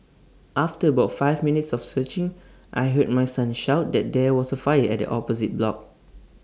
after about five minutes of searching I heard my son shout that there was A fire at the opposite block